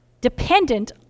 dependent